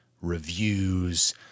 reviews